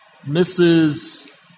Mrs